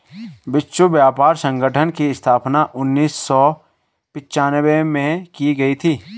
विश्व व्यापार संगठन की स्थापना उन्नीस सौ पिच्यानवे में की गई थी